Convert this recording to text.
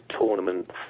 tournaments